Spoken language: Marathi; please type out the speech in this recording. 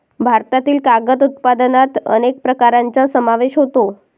भारतातील कागद उत्पादनात अनेक प्रकारांचा समावेश होतो